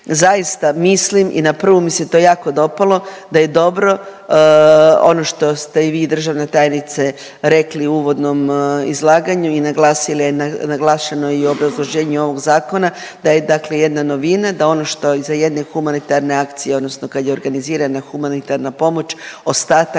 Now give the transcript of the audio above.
zaista mislim i na prvu mi se to jako dopalo da je dobro ono što ste i vi državna tajnice rekli u uvodnom izlaganju i naglasili, naglašeno je i u obrazloženju ovog zakona da je, dakle jedna novina da ono što iza jedne humanitarne akcije odnosno kad je organizirana humanitarna pomoć ostatak